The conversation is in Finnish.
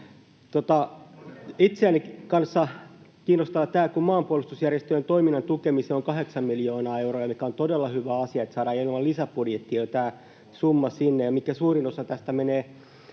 Itseänikin kanssa kiinnostaa tämä, kun maanpuolustusjärjestöjen toiminnan tukemiseen on kahdeksan miljoonaa euroa — elikkä on todella hyvä asia, että saadaan jo ilman lisäbudjettia sinne tämä summa, josta suurin osa menee